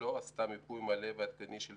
לא עשתה מיפוי מלא ועדכני של